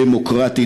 דמוקרטית,